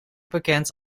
bekend